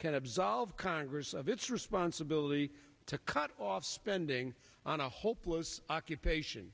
can absolve congress of its responsibility to cut off spending on a hopeless occupation